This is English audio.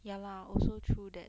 ya lah also true that